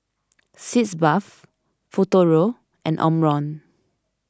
Sitz Bath Futuro and Omron